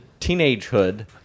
teenagehood